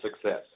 success